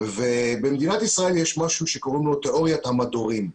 במדינת ישראל יש משהו שקוראים לו תיאוריית המדורים.